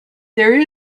there